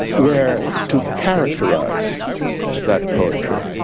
where to characterize that poetry